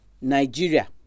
Nigeria